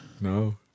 No